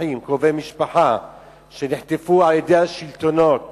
אחים או קרובי משפחה שנחטפו על-ידי השלטונות